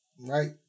Right